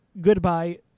Goodbye